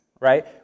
right